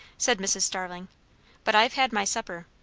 said mrs. starling but i've had my supper.